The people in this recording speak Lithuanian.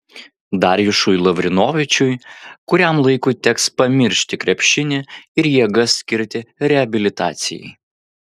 darjušui lavrinovičiui kuriam laikui teks pamiršti krepšinį ir jėgas skirti reabilitacijai